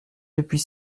depuis